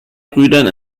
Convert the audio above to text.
brüdern